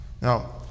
Now